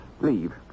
leave